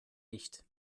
nicht